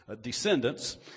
descendants